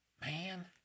Man